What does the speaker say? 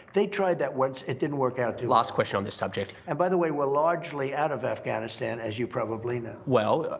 they tried that once. it didn't work out too well. last question on this subject. and by the way, we're largely out of afghanistan, as you probably know. well,